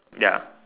ya